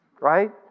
Right